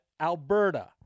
Alberta